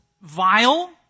vile